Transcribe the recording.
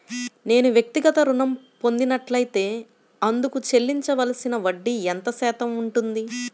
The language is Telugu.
నేను వ్యక్తిగత ఋణం పొందినట్లైతే అందుకు చెల్లించవలసిన వడ్డీ ఎంత శాతం ఉంటుంది?